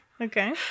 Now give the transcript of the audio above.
Okay